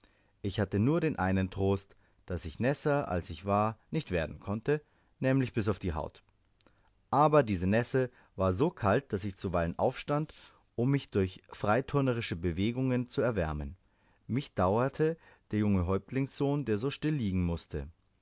ich hatte nur den einen trost daß ich nässer als ich war nicht werden konnte nämlich bis auf die haut aber diese nässe war so kalt daß ich zuweilen aufstand um mich durch freiturnerische bewegungen zu erwärmen mich dauerte der junge häuptlingssohn der so still liegen mußte